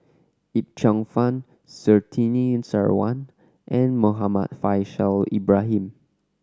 Yip Cheong Fun Surtini Sarwan and Muhammad Faishal Ibrahim